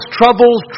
troubles